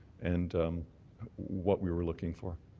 and what we were looking for.